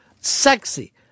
sexy